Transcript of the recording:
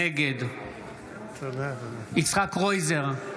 נגד יצחק קרויזר,